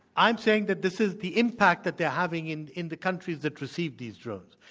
i'm saying that this is the impact that they are having in in the countries that received these drones.